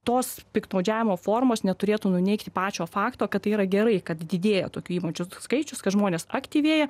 tos piktnaudžiavimo formos neturėtų nuneigti pačio fakto kad tai yra gerai kad didėja tokių įmonių skaičius kad žmonės aktyvėja